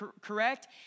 correct